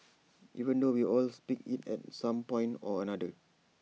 even though we all speak IT at some point or another